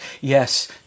Yes